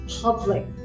public